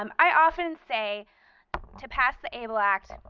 um i often say to pass the able act,